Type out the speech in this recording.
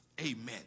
Amen